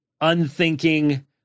unthinking